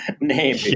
name